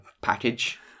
package